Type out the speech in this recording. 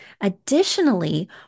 additionally